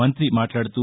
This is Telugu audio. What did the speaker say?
మంతి మాట్లాడుతూ